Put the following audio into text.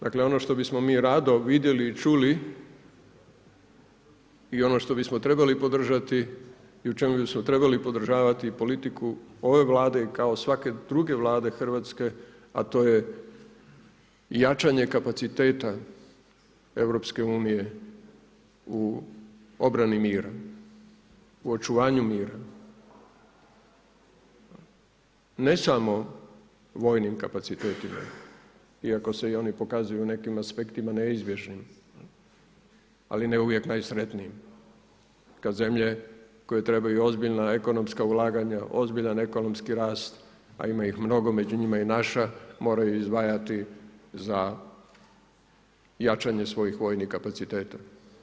Dakle ono što bismo mi rado vidjeli i čuli i ono što bismo trebali podržati i u čemu bismo trebali podržavati politiku ove Vlade kao i svake druge hrvatske Vlade, a to je jačanje kapaciteta EU u obrani mira, u očuvanju mira ne samo vojnim kapacitetima, iako se i oni pokazuju u nekim aspektima neizbježnim, ali ne uvijek najsretnijim, kada zemlje koje trebaju ozbiljna ekonomska ulaganja, ozbiljan ekonomskih rast, a ima ih mnogo, među njima i naša, moraju izdvajati za jačanje svojih vojnih kapaciteta.